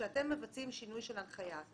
כשאתם מבצעים שינוי של ההנחיה,